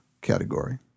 category